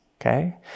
okay